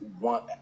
want